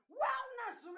wellness